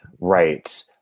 Right